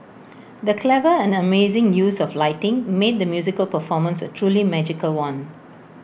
the clever and amazing use of lighting made the musical performance A truly magical one